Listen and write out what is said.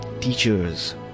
teachers